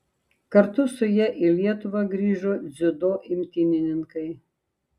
kartu su ja į lietuvą grįžo dziudo imtynininkai